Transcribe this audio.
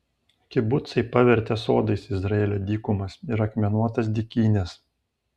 kibucai pavertė sodais izraelio dykumas ir akmenuotas dykynes